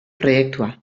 proiektua